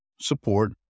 Support